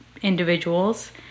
individuals